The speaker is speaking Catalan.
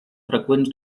freqüents